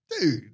Dude